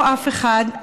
לא אמרתי אף אחד,